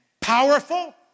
powerful